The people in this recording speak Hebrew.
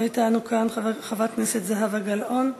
לא אתנו כאן, חברת הכנסת זהבה גלאון,